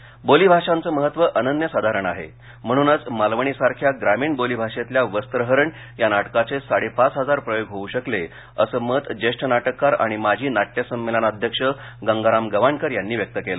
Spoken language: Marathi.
रत्नागिरी बोलीभाषांचं महत्त्व अनन्यसाधारण आहे म्हणूनच मालवणीसारख्या ग्रामीण बोलीभाषेतल्या वस्त्रहरण या नाटकाचे साडेपाच हजार प्रयोग होऊ शकले असं मत ज्येष्ठ नाटककार आणि माजी नाट्य संमेलनाध्यक्ष गंगाराम गवाणकर यांनी व्यक्त केलं